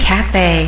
Cafe